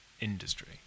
industry